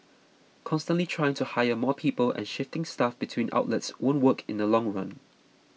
constantly trying to hire more people and shifting staff between outlets won't work in the long run